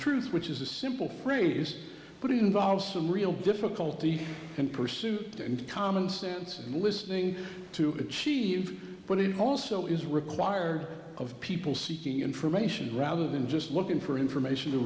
truth which is a simple phrase but it involves some real difficulty in pursuit and commonsense and listening to achieve but it also is required of people seeking information rather than just looking for information to